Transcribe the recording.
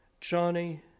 Johnny